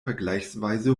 vergleichsweise